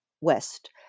west